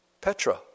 Petra